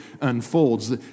unfolds